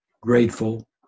grateful